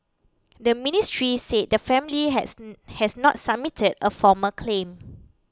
the ministry said the family has has not submitted a formal claim